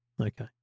Okay